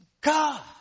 God